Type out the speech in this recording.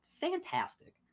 fantastic